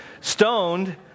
Stoned